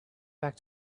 back